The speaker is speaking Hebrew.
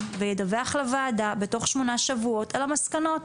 וידווח לוועדה בתוך שמונה שבועות על המסקנות.